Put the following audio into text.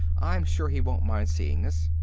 i'm sure he won't mind seeing us.